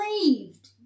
believed